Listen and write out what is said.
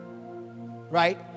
right